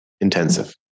intensive